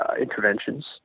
interventions